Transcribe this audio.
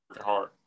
hard